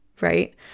right